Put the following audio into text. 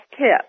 tip